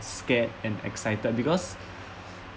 scared and excited because